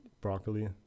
broccoli